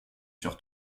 sur